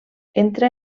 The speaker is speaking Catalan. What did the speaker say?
entra